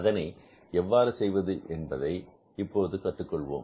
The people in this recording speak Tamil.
அதனை எவ்வாறு செய்வது என்பதை இப்போது கற்றுக் கொள்வோம்